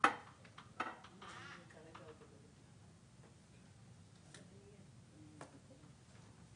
כל מגבת והכול התנהל על מי מנוחות.